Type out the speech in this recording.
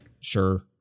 Sure